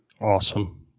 Awesome